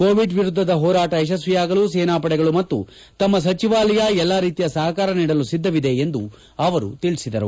Covid ವಿರುದ್ದದ ಹೋರಾಟ ಯಶಸ್ವಿಯಾಗಲು ಸೇನಾಪಡೆಗಳು ಮತ್ತು ತಮ್ಮ ಸಚಿವಾಲಯ ಎಲ್ಲಾ ರೀತಿಯ ಸಹಕಾರ ನೀಡಲು ಸಿದ್ದವಿದೆ ಎಂದು ಅವರು ತಿಳಿಸಿದರು